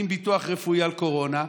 עם ביטוח רפואי על קורונה,